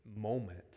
moment